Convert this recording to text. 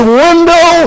window